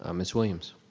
um miss williams.